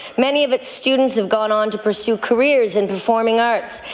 many of its students have gone on to pursue careers in performing arts.